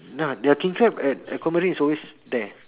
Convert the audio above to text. no their king crab at aquamarine is always there